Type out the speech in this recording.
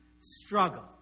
struggle